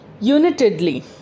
unitedly